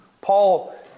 Paul